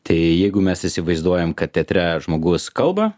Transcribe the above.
tai jeigu mes įsivaizduojam kad teatre žmogus kalba